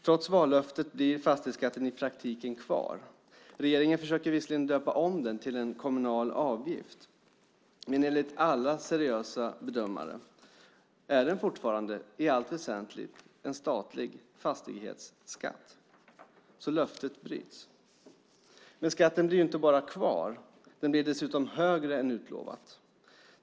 Trots vallöftet blir fastighetsskatten i praktiken kvar. Regeringen försöker visserligen döpa om den till kommunal avgift, men enligt alla seriösa bedömare är det fortfarande i allt väsentligt en statlig fastighetsskatt. Löftet bryts. Skatten blir inte bara kvar. Den blir dessutom högre än utlovat.